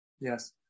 Yes